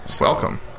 Welcome